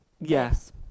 yes